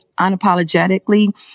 unapologetically